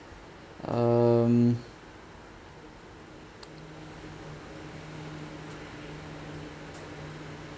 um